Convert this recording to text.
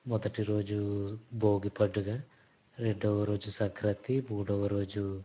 మొదటి రోజు భోగి పండుగ రెండవ రోజు సంక్రాంతి మూడవ రోజు